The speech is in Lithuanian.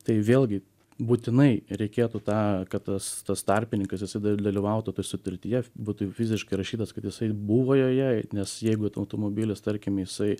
tai vėlgi būtinai reikėtų tą kad tas tas tarpininkas jisai da dalyvautų toj sutartyje būtų fiziškai įrašytas kad jisai buvo joje nes jeigu to automobilis tarkim jisai